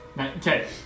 Okay